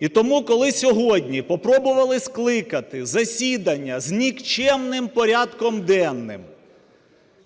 І тому коли сьогодні попробували скликати засідання з нікчемним порядком денним,